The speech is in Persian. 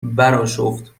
براشفت